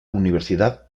universidad